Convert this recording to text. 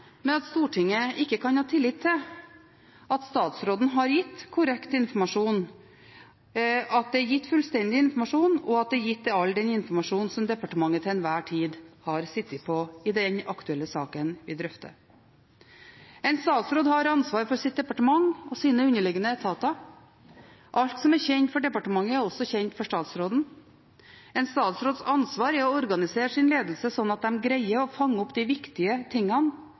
at Stortinget ikke kan ha tillit til at statsråden har gitt korrekt informasjon, at det er gitt fullstendig informasjon, og at den informasjonen som departementet til enhver tid har sittet på i den aktuelle saken vi drøfter, er gitt til alle. En statsråd har ansvar for sitt departement og sine underliggende etater. Alt som er kjent for departementet, er også kjent for statsråden. En statsråds ansvar er å organisere sin ledelse sånn at de greier å fange opp de viktige tingene.